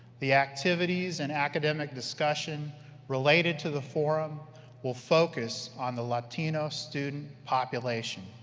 the activities and academic discussion related to the forum will focus on the latino student population.